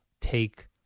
take